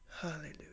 Hallelujah